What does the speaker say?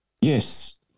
Yes